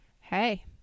hey